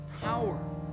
power